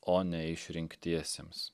o ne išrinktiesiems